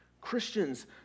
Christians